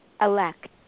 elect